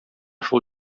шул